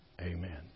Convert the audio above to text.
amen